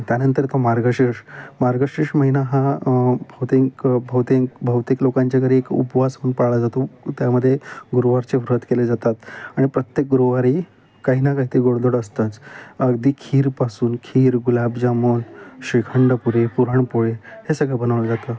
त्यानंतर तो मार्गश्रीष मार्गश महिना हा भौते भौते भौतेक लोकांच्या घरी एक उपवास होऊन पाळला जातो त्यामदे गुरुवारचे वृत केले जातात आणि प्रत्येक गुरुवारी काही ना काही ते गोडदोड असतंच अगदी खीरपासून खीर गुलाबजामून श्रीखंड पुरे पुरणपोळे हे सगळं बनवलं जातं